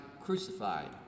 crucified